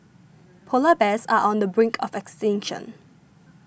Polar Bears are on the brink of extinction